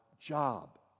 job